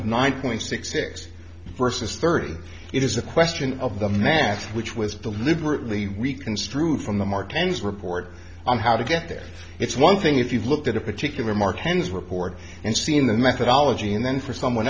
of nine point six six versus thirty it is a question of the math which was deliberately we construe from the martins report on how to get there it's one thing if you look at a particular marchand's report and seen the methodology and then for someone